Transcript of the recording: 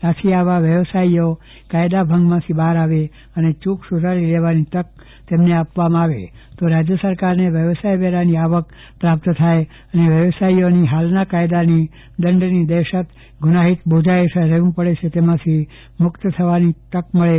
આથી આવા વ્યવસાયીઓ કાયદા ભંગમાંથી બહાર આવે અને ચૂક સુધારી લેવાની તક તેમને આપવામાં આવે તો રાજ્ય સરકારને વ્યવસાય વેરાની આવક પ્રાપ્ત થાય અને આ વ્યવસાયીઓની હાલનાં કાયદાના દંડની દહેશત ગુનાહિત બોજા હેઠળ રહેવું પડે છે તેમાંથી મુકત થવાની તક મળે